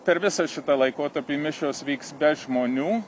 per visą šitą laikotarpį mišios vyks be žmonių